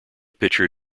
pitcher